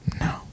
No